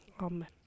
amen